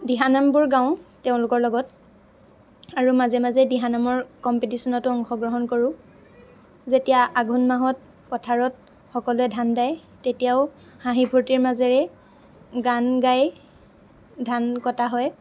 দিহানামবোৰ গাওঁ তেওঁলোকৰ লগত আৰু মাজে মাজে দিহানামৰ কম্পিটিশ্বনতো অংশগ্ৰহণ কৰোঁ যেতিয়া আঘোণ মাহত পথাৰত সকলোৱে ধান দায় তেতিয়াও হাঁহি ফূৰ্তিৰ মাজেৰে গান গাই ধান কটা হয়